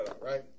Right